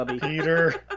Peter